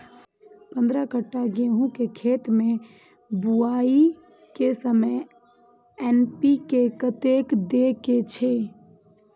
पंद्रह कट्ठा गेहूं के खेत मे बुआई के समय एन.पी.के कतेक दे के छे?